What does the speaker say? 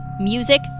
music